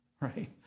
Right